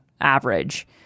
average